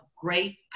great